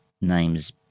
names